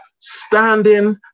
Standing